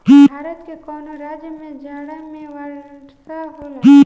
भारत के कवना राज्य में जाड़ा में वर्षा होला?